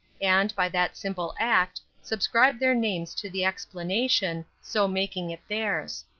and, by that simple act, subscribe their names to the explanation so making it theirs.